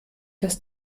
das